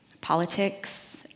politics